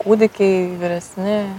kūdikiai vyresni